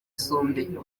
isombe